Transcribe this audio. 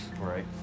Right